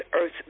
earth